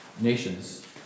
nations